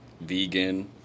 vegan